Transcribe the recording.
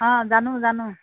অঁ জানো জানো